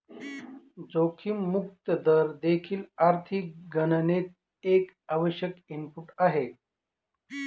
जोखीम मुक्त दर देखील आर्थिक गणनेत एक आवश्यक इनपुट आहे